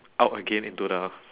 out again into the